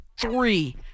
three